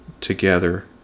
together